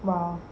!wah! B